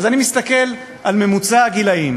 אז אני מסתכל על ממוצע הגילים